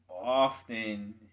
often